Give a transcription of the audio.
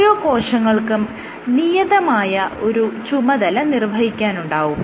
ഓരോ കോശങ്ങൾക്കും നിയതമായ ഒരു ചുമതല നിർവ്വഹിക്കാനുണ്ടാകും